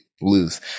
lose